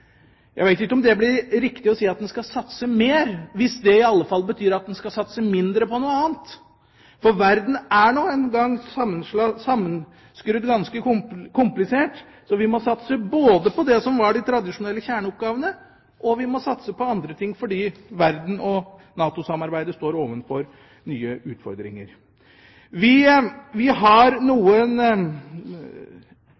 Jeg veit ikke om det blir riktig å si at man skal satse mer, hvis det i så fall betyr at man skal satse mindre på noe annet. For verden er nå en gang ganske komplisert sammenskrudd, så vi må satse både på det som var de tradisjonelle kjerneoppgavene, og på andre ting, fordi verden og NATO-samarbeidet står overfor nye utfordringer. Vi har